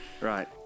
right